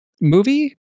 movie